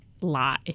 lie